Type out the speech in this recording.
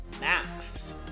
Max